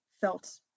felt